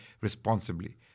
responsibly